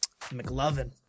McLovin